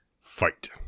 Fight